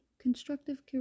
constructive